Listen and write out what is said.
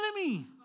enemy